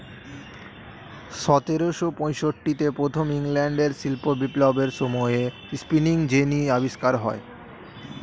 সতেরোশো পঁয়ষট্টিতে প্রথম ইংল্যান্ডের শিল্প বিপ্লবের সময়ে স্পিনিং জেনি আবিষ্কার হয়